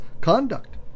conduct